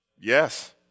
Yes